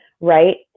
right